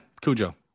Cujo